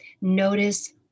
notice